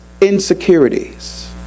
insecurities